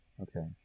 Okay